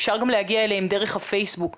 אפשר גם להגיע אליהם דרך הפייסבוק.